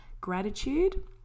gratitude